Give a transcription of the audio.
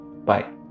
Bye